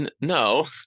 No